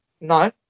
no